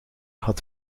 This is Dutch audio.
had